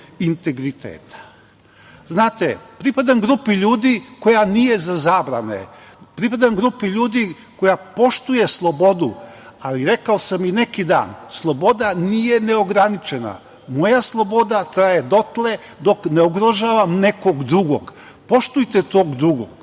integriteta. Pripadam grupi ljudi koja nije za zabrane. Pripadam grupi ljudi koja poštuje slobodu. Ali, rekao sam i neki dan – sloboda nije neograničena. Moja sloboda traje dotle dok ne ugrožavam nekog drugog. Poštujte tog drugog.